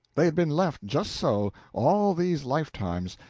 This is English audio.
they had been left just so, all these lifetimes,